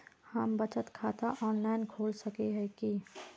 हम बचत खाता ऑनलाइन खोल सके है की?